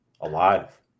alive